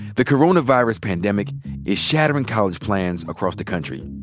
the coronavirus pandemic is shattering college plans across the country.